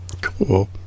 Cool